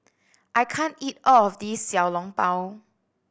I can't eat all of this Xiao Long Bao